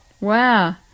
Wow